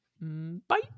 Bye